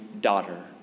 daughter